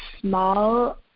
small